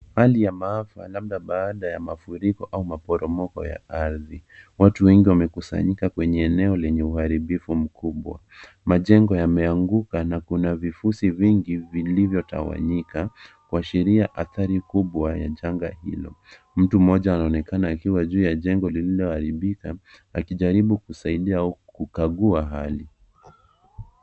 Hali ya maafa labda baada ya mafuriko au maporomoko ya ardhi. Watu wengi wamekusanyika kwenye eneo lenye uharibifu mkubwa. Majengo yameanguka na kuna vifusi vingi vilivyotawanyika, kuashiria adhari kubwa ya janga hilo. Mtu mmoja anaonekana akiwa juu ya jengo lililoharibika akijaribu kusaidia kukagua hali.